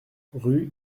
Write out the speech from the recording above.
rue